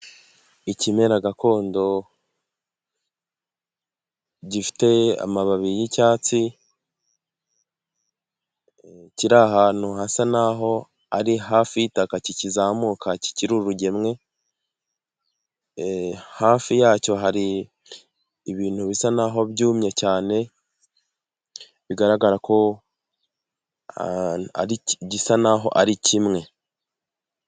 Ikimera gakondo gifite amababi yicyatsi kiri ahantu hasa naho ari hafi y'itaka kikizamuka kikiri urugemwe, hafi yacyo hari ibintu bisa naho byumye cyane bigaragara ko gisa naho ari kimwe.